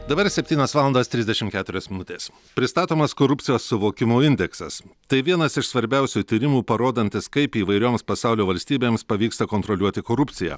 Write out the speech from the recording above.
dabar septynios valandos trisdešimt keturi minutės pristatomas korupcijos suvokimo indeksas tai vienas iš svarbiausių tyrimų parodantis kaip įvairioms pasaulio valstybėms pavyksta kontroliuoti korupciją